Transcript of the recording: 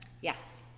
Yes